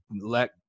let